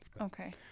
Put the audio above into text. Okay